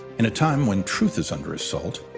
in a time when truth is under assault,